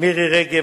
מירי רגב,